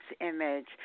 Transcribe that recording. image